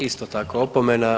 Isto tako opomena.